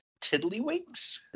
Tiddlywinks